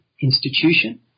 institution